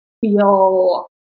feel